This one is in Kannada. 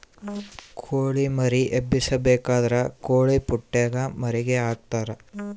ಕೊಳಿ ಮರಿ ಎಬ್ಬಿಸಬೇಕಾದ್ರ ಕೊಳಿಪುಟ್ಟೆಗ ಮರಿಗೆ ಹಾಕ್ತರಾ